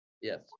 Yes